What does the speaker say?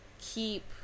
keep